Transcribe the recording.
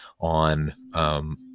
on